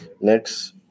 Next